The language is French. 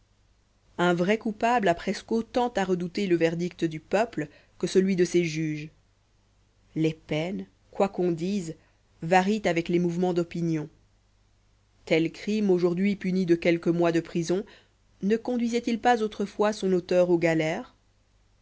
un vrai coupable a presque autant à redouter le verdict du peuple que celui de ses juges les peines quoi qu'on dise varient avec les mouvements d'opinions tel crime aujourd'hui puni de quelques mois de prison ne conduisait il pas autrefois son auteur aux galères